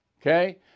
okay